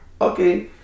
Okay